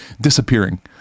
disappearing